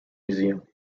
museum